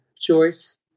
choice